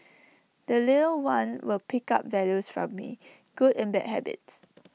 the little one will pick up values from me good and bad habits